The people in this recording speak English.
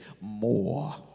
more